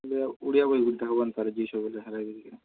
ୟାଙ୍କର ଓଡ଼ିଆ ବହି